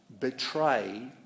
betray